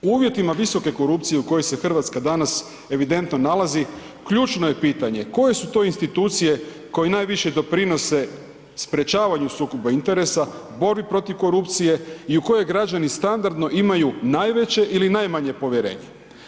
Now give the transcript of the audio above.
U uvjetima visoke korupcije u kojoj se Hrvatska danas evidentno nalazi ključno je pitanje koje su to institucije koje najviše doprinose sprečavanju sukoba interesa, borbi protiv korupcije i u koje građani standardno imaju najveće ili najmanje povjerenje.